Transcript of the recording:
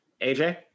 AJ